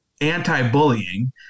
anti-bullying